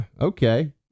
Okay